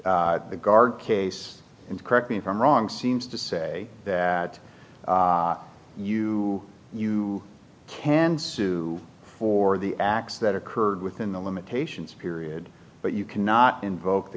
the guard case and correct me if i'm wrong seems to say to you you can sue for the acts that occurred within the limitations period but you cannot invoke the